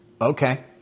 Okay